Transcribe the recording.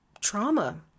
trauma